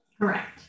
Correct